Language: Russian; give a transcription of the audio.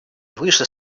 выше